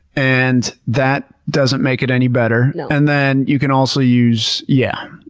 and that doesn't make it any better. and then you can also use, yeah,